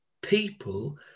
People